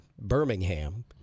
Birmingham